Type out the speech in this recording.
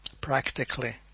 Practically